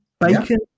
Bacon